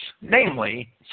Namely